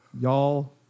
Y'all